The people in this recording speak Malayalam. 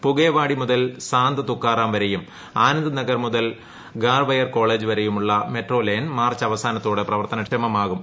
പുഗേവാഡി മുക്ക് ്സാന്ത് തുക്കാറാം വരെയും ആനന്ദ് നഗർ മുതൽ ഗാർവെയ്ൻ കോളേജ് വരെയുമുള്ള മെട്രോ ലൈൻ മാർച്ച് അവസാനത്തോടെ പ്രവർത്തനക്ഷമമാകും